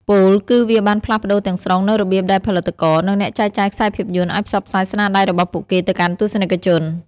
ពោលគឺ វាបានផ្លាស់ប្ដូរទាំងស្រុងនូវរបៀបដែលផលិតករ និងអ្នកចែកចាយខ្សែភាពយន្តអាចផ្សព្វផ្សាយស្នាដៃរបស់ពួកគេទៅកាន់ទស្សនិកជន។